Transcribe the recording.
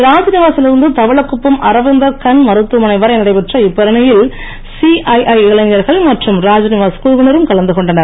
ராத்நிவாசில் இருந்து தவளக்குப்பம் அரவிந்தர் கண் மருத்துவமனை வரை நடைபெற்ற இப்பேரணியில் சிஐஐ இளைஞர்கள் மற்றும் ராத்நிவாஸ் குழுவினரும் கலந்து கொண்டனர்